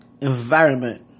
environment